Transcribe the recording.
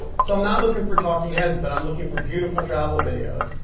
so i'm not looking for talking heads, but i'm looking for beautiful travel videos.